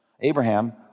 Abraham